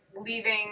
leaving